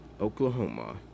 Oklahoma